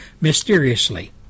mysteriously